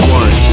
one